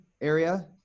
area